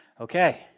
okay